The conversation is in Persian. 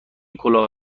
کلاه